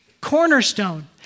cornerstone